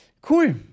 cool